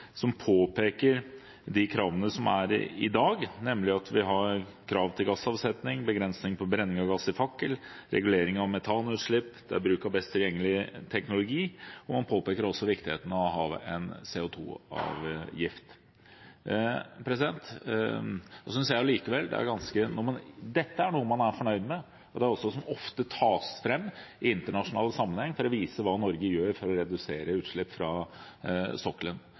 i dag, nemlig at vi har krav til gassavsetning, begrensning på brenning av gass i fakkel, regulering av metanutslipp, bruk av beste tilgjengelige teknologi, og man påpeker også viktigheten av å ha en CO 2 -avgift. Dette er noe man er fornøyd med, og det er ofte det som tas fram i internasjonal sammenheng for å vise hva Norge gjør for å redusere utslipp fra sokkelen.